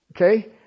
Okay